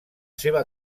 seva